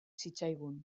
zitzaigun